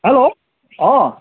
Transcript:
hello অঁ